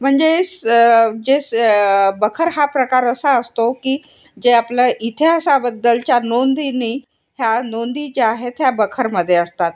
म्हणजे स जे स बखर हा प्रकार असा असतो की जे आपलं इतिहासाबद्दलच्या नोंदीनी ह्या नोंदी ज्या आहेत ह्या बखरमध्ये असतात